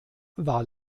war